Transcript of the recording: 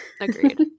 Agreed